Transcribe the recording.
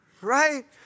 Right